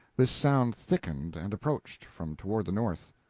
this sound thickened, and approached from toward the north.